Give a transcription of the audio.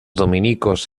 dominicos